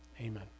Amen